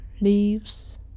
leaves